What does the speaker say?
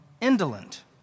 indolent